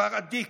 בכפר א-דיכ